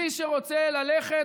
מי שרוצה ללכת,